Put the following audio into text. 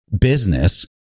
business